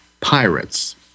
pirates